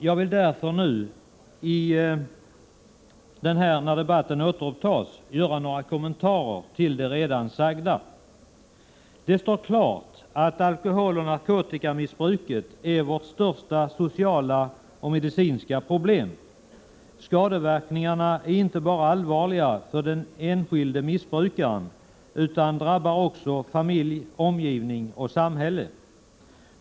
Jag vill därför nu när debatten återupptas göra några kommentarer till det redan sagda. Det står klart att alkoholoch narkotikamissbruket är vårt största sociala och medicinska problem. Skadeverkningarna är inte bara allvarliga för den enskilde missbrukaren, utan drabbar också familj, omgivning och samhälle.